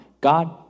God